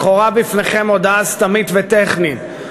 לכאורה בפניכם הודעה סתמית וטכנית,